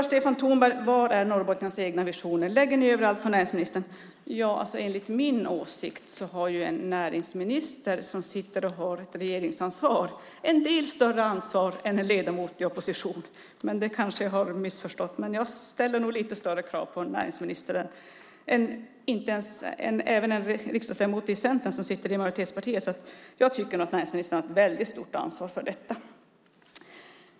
Stefan Tornberg frågar: Var är Norrbottens egna visioner? Lägger ni över allt på näringsministern? Enligt min åsikt har en näringsminister som sitter och har ett regeringsansvar lite större ansvar än en ledamot i opposition. Det kanske jag har missförstått. Men jag ställer nog lite större krav på en näringsminister, även om det gäller en riksdagsledamot i Centern som sitter i ett majoritetsparti. Jag tycker nog att näringsministern har ett väldigt stort ansvar för detta.